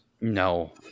no